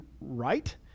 right